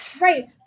right